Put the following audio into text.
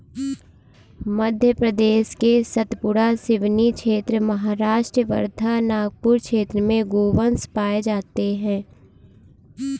मध्य प्रदेश के सतपुड़ा, सिवनी क्षेत्र, महाराष्ट्र वर्धा, नागपुर क्षेत्र में गोवंश पाये जाते हैं